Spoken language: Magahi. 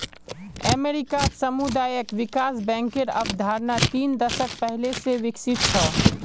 अमेरिकात सामुदायिक विकास बैंकेर अवधारणा तीन दशक पहले स विकसित छ